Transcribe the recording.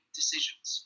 decisions